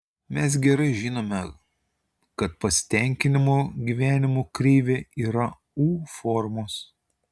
mes gerai žinome kad pasitenkinimo gyvenimu kreivė yra u formos